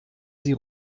sie